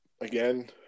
again